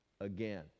again